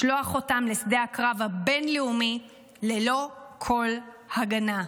לשלוח אותם לשדה הקרב הבין-לאומי ללא כל הגנה.